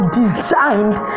designed